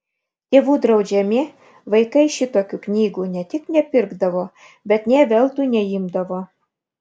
tėvų draudžiami vaikai šitokių knygų ne tik nepirkdavo bet nė veltui neimdavo